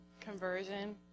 conversion